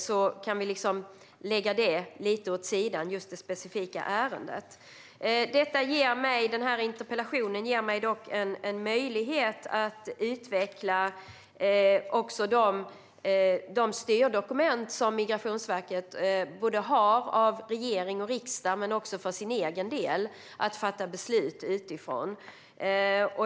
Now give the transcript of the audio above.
Så vi kan lägga just det specifika ärendet lite åt sidan. Interpellationen ger mig dock en möjlighet att utveckla frågan om de styrdokument som Migrationsverket har från regering och riksdag och har tagit fram för egen del att fatta beslut utifrån.